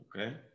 Okay